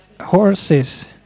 horses